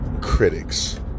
critics